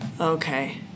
Okay